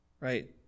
right